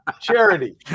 Charity